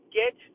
get